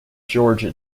georgia